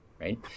right